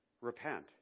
repent